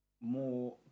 More